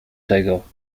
tego